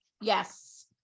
Yes